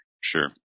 Sure